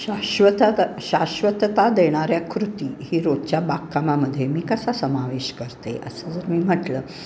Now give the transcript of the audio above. शाश्वताता शाश्वतता देणाऱ्या कृती ही रोजच्या बागकामामध्ये मी कसा समावेश करते असं जर मी म्हटलं